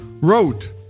wrote